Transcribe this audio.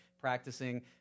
practicing